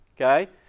Okay